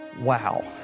wow